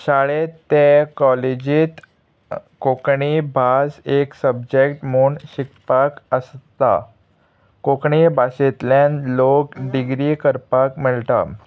शाळेंत ते कॉलेजींत कोंकणी भास एक सबजेक्ट म्हूण शिकपाक आसता कोंकणी भाशेंतल्यान लोक डिग्री करपाक मेळटा